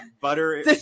butter